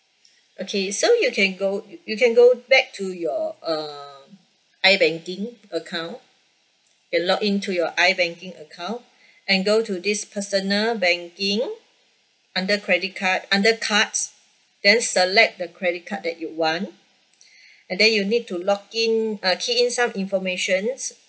okay so you can go y~ you can go back to your uh ibanking account and log in to your ibanking account and go to this personal banking under credit card under cards then select the credit card that you want and then you need to log in uh key in some informations